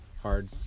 hard